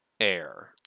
air